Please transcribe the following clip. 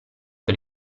per